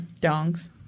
dongs